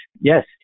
yes